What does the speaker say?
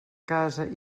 casa